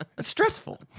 stressful